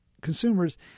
consumers